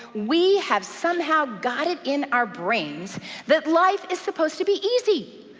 we have somehow got it in our brains that life is supposed to be easy.